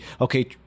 okay